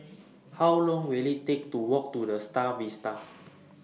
How Long Will IT Take to Walk to The STAR Vista